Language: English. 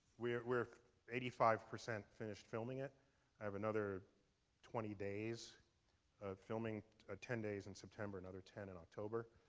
we're we're eighty five percent finished filming it. i have another twenty days of filming ah ten days in september, another ten in october.